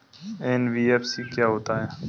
NBFC क्या होता है?